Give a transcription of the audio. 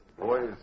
Boys